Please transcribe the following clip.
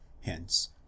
hence